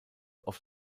oft